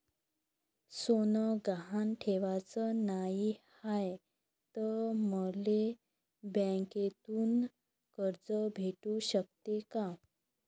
सोनं गहान ठेवाच नाही हाय, त मले बँकेतून कर्ज भेटू शकते का?